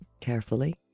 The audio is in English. Carefully